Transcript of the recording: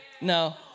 No